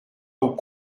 aux